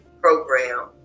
program